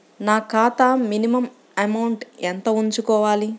నా ఖాతా minimum amount ఎంత ఉంచుకోవాలి?